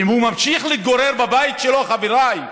ואם הוא ממשיך להתגורר בבית שלו, חבריי,